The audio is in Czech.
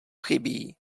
chybí